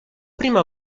prima